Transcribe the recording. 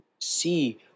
see